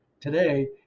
today